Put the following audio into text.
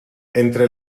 entre